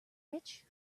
rich